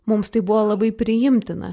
mums tai buvo labai priimtina